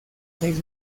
seis